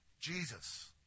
Jesus